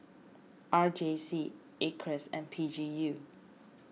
R J C Acres and P G U